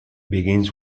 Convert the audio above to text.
begins